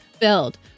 build